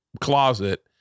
closet